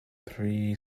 three